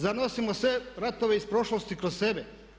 Zar nosimo sve ratove iz prošlosti kroz sebe?